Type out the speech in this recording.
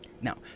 now